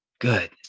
good